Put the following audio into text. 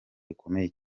bikomeye